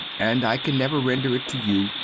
and i can never render it to you!